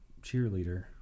cheerleader